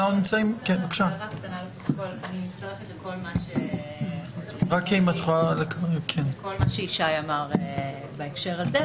אני מצטרפת לכל מה שישי אמר בהקשר הזה.